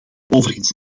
overigens